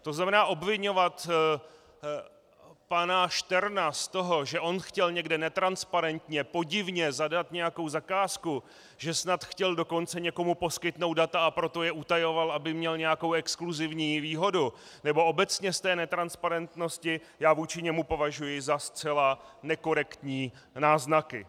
To znamená obviňovat pana Šterna z toho, že on chtěl někde netransparentně, podivně zadat nějakou zakázku, že snad chtěl dokonce někomu poskytnout data, a proto je utajoval, aby měl nějakou exkluzivní výhodu, nebo obecně z netransparentnosti, já vůči němu považuji za zcela nekorektní náznaky.